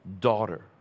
daughter